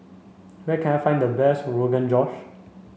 where can I find the best Rogan Josh